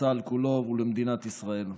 לצה"ל כולו ולמדינת ישראל.